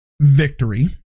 victory